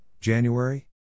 January